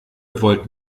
wollt